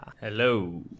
Hello